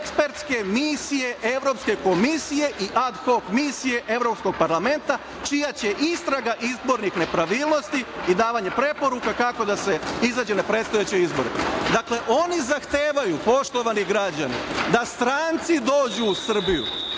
ekspertske misije Evropske komisije i ad hok misije Evropskog parlamenta čija će istraga izbornih nepravilnosti i davanje preporuka kako da se izađe na predstojeće izbore. Dakle, oni zahtevaju poštovani građani da stranci dođu u Srbiju,